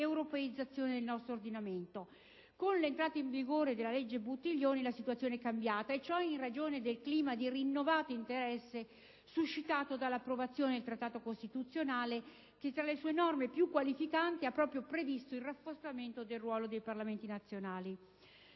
europeizzazione del nostro ordinamento. Con l'entrata in vigore della legge n. 11 del 2005 (legge Buttiglione) la situazione è cambiata. E ciò in ragione del clima di rinnovato interesse suscitato dall'approvazione del Trattato costituzionale, che tra le sue norme più qualificanti ha previsto proprio il rafforzamento del ruolo dei Parlamenti nazionali.